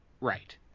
Right